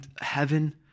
heaven